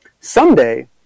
Someday